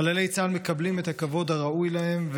חללי צה"ל מקבלים את הכבוד הראוי להם,